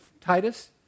Titus